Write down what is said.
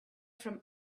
from